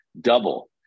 double